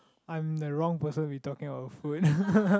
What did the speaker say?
I'm the wrong person we talking about food